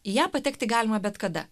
į ją patekti galima bet kada